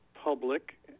public